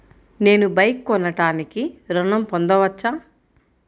నేను బైక్ కొనటానికి ఋణం పొందవచ్చా?